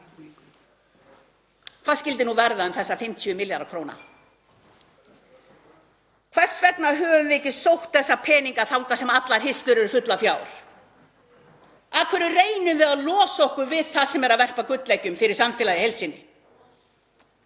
hvað skyldi verða um þessa 50 milljarða kr.? Hvers vegna höfum við ekki sótt þessa peninga þangað sem allar hirslur eru fullar fjár? Af hverju reynum við að losa okkur við það sem er að verpa gulleggjum fyrir samfélagið í heild sinni?